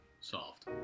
solved